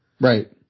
Right